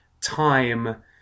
time